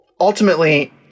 ultimately